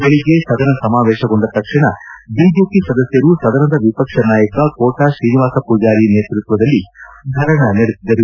ಬೆಳಗ್ಗೆ ಸದನ ಸಮಾವೇಶಗೊಂಡ ತಕ್ಷಣ ಬಿಜೆಪಿ ಸದಸ್ಯರು ಸದನದ ವಿಪಕ್ಷ ನಾಯಕ ಕೋಟಾ ಶ್ರೀನಿವಾಸ ಪೂಜಾರಿ ನೇತೃತ್ವದಲ್ಲಿ ಧರಣಿ ನಡೆಸಿದರು